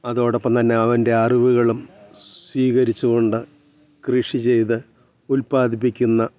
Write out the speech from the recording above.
അതോടൊപ്പം തന്നെ അവൻ്റെ അറിവുകളും സ്വീകരിച്ച് കൊണ്ട് കൃഷി ചെയ്ത് ഉൽപ്പാദിപ്പിക്കുന്ന